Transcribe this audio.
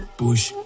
push